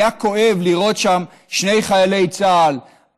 היה כואב לראות שם שני חיילי צה"ל,